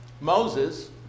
Moses